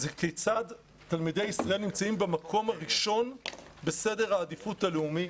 כיצד תלמידי ישראל נמצאים במקום הראשון בסדר העדיפות הלאומי,